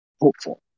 hopeful